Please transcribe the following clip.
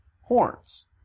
horns